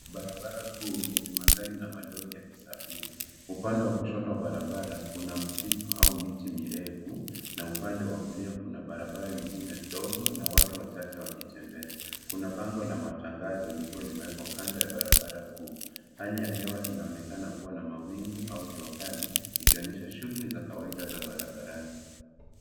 Barabara kuu yenye magari na malori yakisafiri. Upande wa kushoto wa barabara kuna misitu au miti mirefu na upande wa kulia kuna barabara nyingine ndogo na watu wachache wakitembea. Kuna bango la matangazo, likiwa limewekwa kando ya barabara kuu. Hali ya hewa inaonekana kuwa na mawingu au jua kali, likionyesha shughuli za kawaida za barabarani.